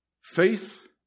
Faith